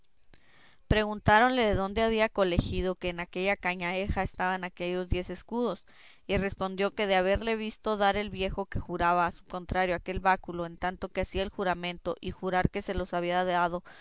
preguntáronle de dónde había colegido que en aquella cañaheja estaban aquellos diez escudos y respondió que de haberle visto dar el viejo que juraba a su contrario aquel báculo en tanto que hacía el juramento y jurar que se los había dado